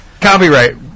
copyright